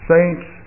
Saints